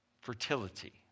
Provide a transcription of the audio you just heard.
fertility